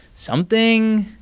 something.